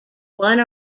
one